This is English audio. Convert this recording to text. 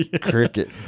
cricket